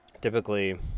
Typically